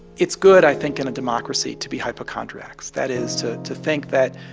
it's good, i think, in a democracy to be hypochondriacs that is to to think that,